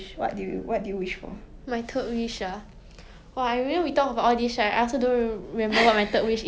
ah